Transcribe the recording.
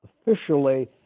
officially